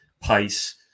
pace